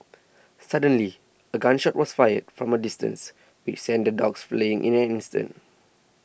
suddenly a gun shot was fired from a distance which sent the dogs fleeing in an instant